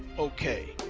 okay.